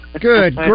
good